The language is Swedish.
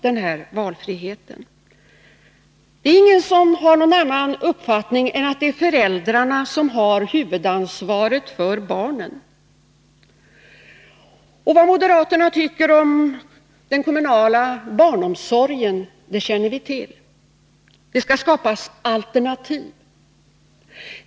Det är ingen som anser något annat än att det är föräldrarna som har huvudansvaret för barnen. Vad moderaterna tycker om den kommunala barnomsorgen känner vi redan till. Det skall skapas alternativ.